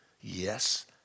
Yes